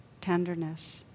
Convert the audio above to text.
tenderness